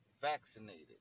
vaccinated